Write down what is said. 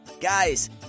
Guys